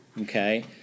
okay